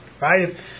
Right